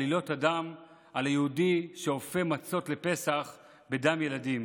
עלילות הדם על היהודי שאופה מצות לפסח בדם ילדים,